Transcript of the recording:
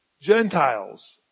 Gentiles